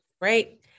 Great